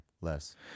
Less